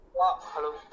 Hello